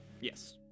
Yes